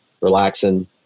relaxing